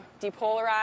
depolarize